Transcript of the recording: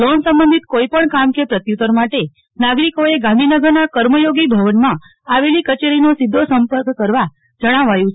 loan સંબંધિત કોઇપણ કામ કે પ્રત્યુત્તર માટે નાગરિકોએ ગાંધીનગર ના કર્મયોગી ભવન માં આવેલી કચેરીનો સીધો સંપર્ક કરવા જણાવાયું છે